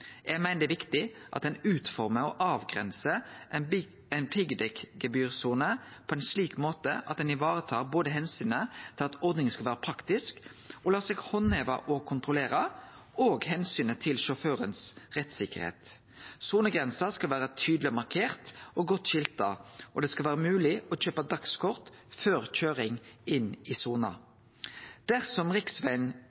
Eg meiner det er viktig at ein utformar og avgrensar ei piggdekkgebyrsone på ein slik måte at ein varetar både omsynet til at ordninga skal vere praktisk og la seg handheve og kontrollere, og omsynet til rettssikkerheita til sjåføren. Sonegrensa skal vere tydeleg markert og godt skilta, og det skal vere mogleg å kjøpe dagskort før køyring inn i